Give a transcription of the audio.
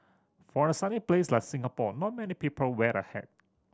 for a sunny place like Singapore not many people wear a hat